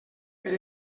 per